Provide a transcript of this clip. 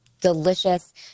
delicious